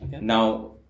Now